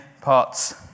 parts